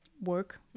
work